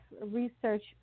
research